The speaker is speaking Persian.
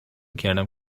کردم